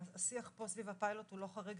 השיח פה סביב הפיילוט הוא לא חריג,